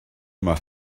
yma